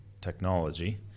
technology